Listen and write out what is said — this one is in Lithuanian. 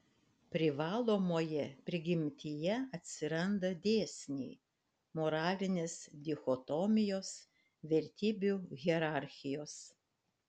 privalomoje prigimtyje atsiranda dėsniai moralinės dichotomijos vertybių hierarchijos